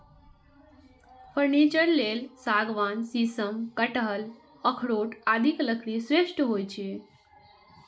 furniture लेल सागवान, शीशम, कटहल, अखरोट आदिक लकड़ी श्रेष्ठ होइ छै